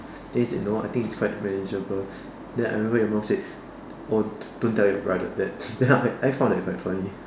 then he said no I think it's quite manageable then I remember your mom said oh don't tell your brother that then after that I found that quite funny